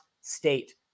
state